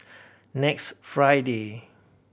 next Friday